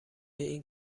این